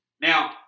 Now